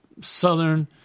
Southern